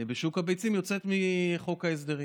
בשוק הביצים יוצאים מחוק ההסדרים,